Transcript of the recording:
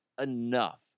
enough